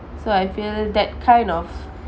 so I feel that kind of